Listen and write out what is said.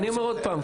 אני אומר עוד פעם,